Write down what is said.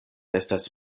estas